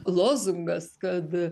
lozungas kad